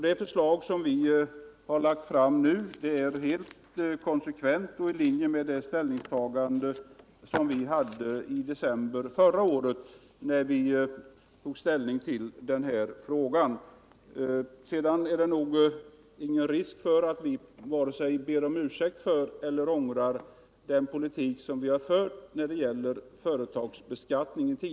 Det förslag som vi har lagt fram nu är helt konsekvent och i linje med det ställningstagande som vi gjorde i december förra året, när vi tog ställning till den här frågan. Sedan är det nog ingen risk för att vi vare sig ber om ursäkt för eller ångrar den politik som vi fört tidigare när det gäller företagsbeskattningen.